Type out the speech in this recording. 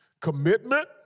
Commitment